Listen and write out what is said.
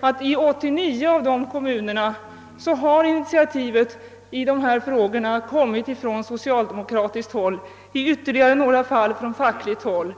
att i 89 av de undersökta kommunerna har initiativet kommit från socialdemokratiskt håll och i ytterligare några kommuner från fackligt håll.